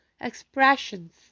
expressions